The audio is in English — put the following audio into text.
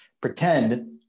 pretend